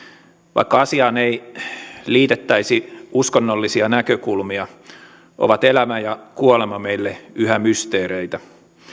vaikka asiaan ei liitettäisi uskonnollisia näkökulmia ovat elämä ja kuolema meille yhä mysteereitä